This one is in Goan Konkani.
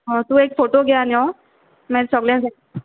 हां तूं एक फोटो घेय आनी यो मागीर सोगळें